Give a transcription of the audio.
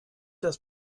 das